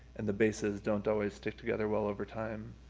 and the bases don't always stick together well over time,